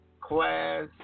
class